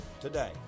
today